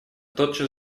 тотчас